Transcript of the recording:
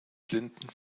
blinden